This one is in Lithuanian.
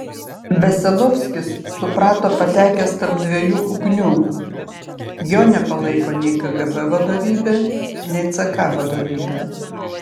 veselovskis suprato patekęs tarp dviejų ugnių jo nepalaiko nei kgb vadovybė nei ck vadovybė